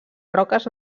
roques